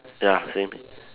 ya same